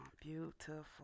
Beautiful